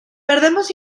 perdemos